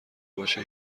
باشه